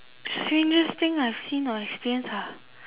strangest thing I've seen or experienced ah